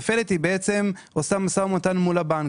ובעצם היא עושה משא ומתן מול הבנק.